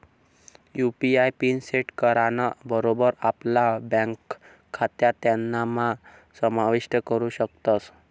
UPI PIN set कराना बरोबर आपला ब्यांक खातं त्यानाम्हा समाविष्ट करू शकतस